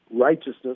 righteousness